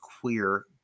queer